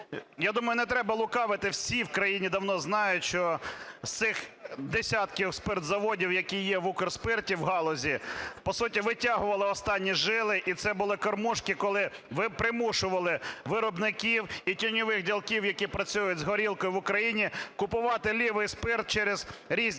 Я думаю, не треба лукавити, всі в країні давно знають, що з цих десятків спиртозаводів, які є в "Укрспирті", в галузі, по суті витягували останні жили, і це були "кормушки", коли примушували виробників і тіньових ділків, які працюють з горілкою в Україні, купувати "лівий2 спирт через різні